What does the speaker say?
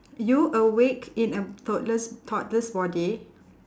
you awake in a toddler's toddler's body